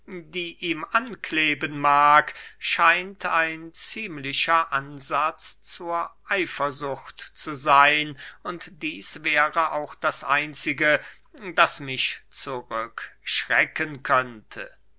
die ihm ankleben mag scheint ein ziemlicher ansatz zur eifersucht zu seyn und dieß wäre auch das einzige das mich zurück schrecken könnte